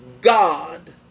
God